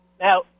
Now